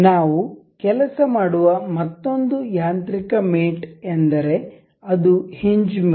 ನಾವು ಕೆಲಸ ಮಾಡುವ ಮತ್ತೊಂದು ಯಾಂತ್ರಿಕ ಮೇಟ್ ಅಂದರೆ ಅದು ಹಿಂಜ್ ಮೇಟ್